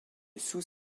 sous